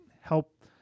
help